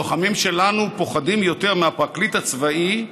הלוחמים שלנו פוחדים יותר מהפרקליט הצבאי,